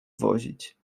wozić